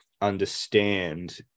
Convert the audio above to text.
understand